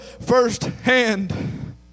firsthand